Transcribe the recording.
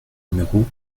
numéro